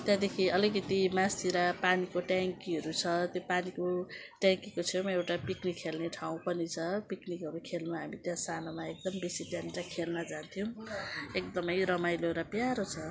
त्यहाँदेखि अलिकति मास्तिर पानीको ट्याङ्कीहरू छ त्यो पानीको ट्याङ्कीको छेउमा एउटा पिक्निक खेल्ने ठाउँ पनि छ पिक्निकहरू खेल्नु हामी त्यहाँ सानोमा एकदम बेसी त्यहाँनिर खेल्न जान्थ्यौँ एकदमै रमाइलो र प्यारो छ